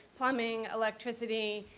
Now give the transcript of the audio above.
plumbing, electricity,